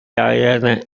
diana